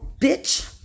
bitch